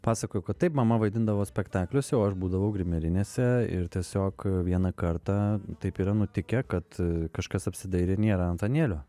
pasakojo kad taip mama vaidindavo spektakliuose o aš būdavau grimerinėse ir tiesiog vieną kartą taip yra nutikę kad kažkas apsidairė nėra antanėlio